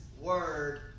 Word